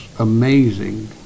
amazing